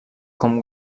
com